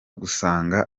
gusanga